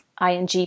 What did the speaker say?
ING